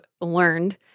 learned